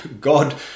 God